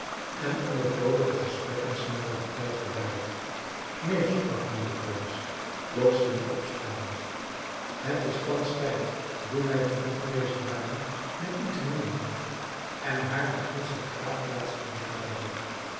en onder vrolijke gesprekken snelde de tijd voorbij neef sprak nu de prins plotseling opstaande het is thans tijd doe mij het genoegen deze dame met u te nemen en haar naar gindsche begraafplaats te begeleiden